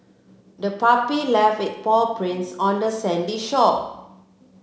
the puppy left its paw prints on the sandy shore